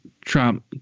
Trump